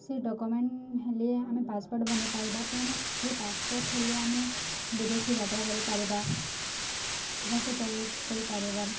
ସେ ଡକୁମେଣ୍ଟ ହେଲେ ଆମେ ପାସପୋର୍ଟ ବନେଇପାରିବା ପୁଣି ସେ ପାସପୋର୍ଟ ହେଲେ ଆମେ ବିଦେଶକୁ ଯାତ୍ରା କରିପାରିବା ସେଠାକୁ ଯାଇ ଯାଇପାରିବା